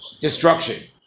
Destruction